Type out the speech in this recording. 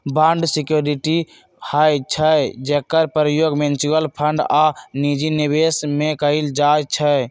bond security होइ छइ जेकर प्रयोग म्यूच्यूअल फंड आऽ निजी निवेश में कएल जाइ छइ